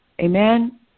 Amen